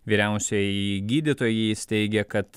vyriausiąjį gydytojį jis teigė kad